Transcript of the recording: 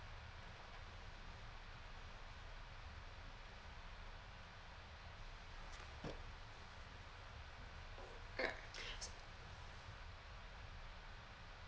mm